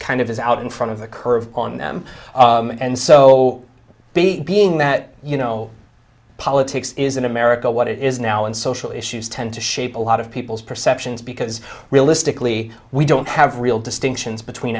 kind of is out in front of the curve on them and so the being that you know politics is in america what it is now and social issues tend to shape a lot of people's perceptions because realistically we don't have real distinctions between